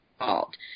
involved